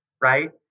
Right